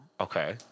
Okay